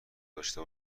داشته